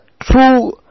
true